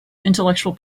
intellectual